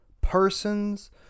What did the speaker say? persons